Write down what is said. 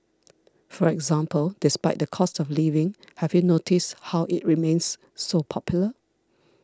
for example Despite the cost of living have you noticed how it remains so popular